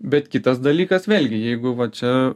bet kitas dalykas vėlgi jeigu va čia